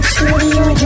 Studio